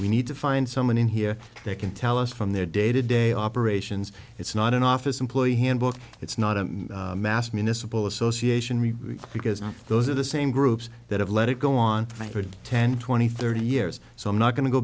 we need to find someone in here that can tell us from their day to day operations it's not an office employee handbook it's not a mass municipal association because those are the same groups that have let it go on thank god ten twenty thirty years so i'm not going to go